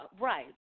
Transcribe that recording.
Right